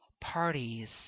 parties